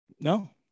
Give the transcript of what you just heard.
No